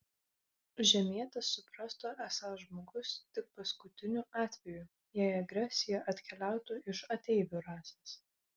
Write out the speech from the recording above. žemietis suprastų esąs žmogus tik paskutiniu atveju jei agresija atkeliautų iš ateivių rasės